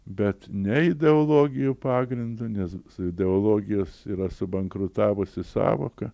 bet ne ideologijų pagrindu nes ideologijos yra subankrutavusi sąvoka